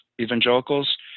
evangelicals